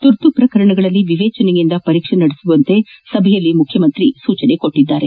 ತುರ್ತು ಪ್ರಕರಣಗಳಲ್ಲಿ ವಿವೇಚನೆಯಿಂದ ಪರೀಕ್ಷೆ ನಡೆಸಲು ಸಭೆಯಲ್ಲಿ ಮುಖ್ಯಮಂತ್ರಿ ಸೂಚಿಸಿದರು